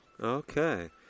Okay